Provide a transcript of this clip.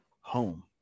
home